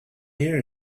ear